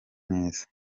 neza